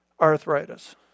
arthritis